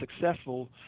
successful